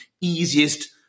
easiest